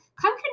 come